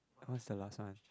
what's the last one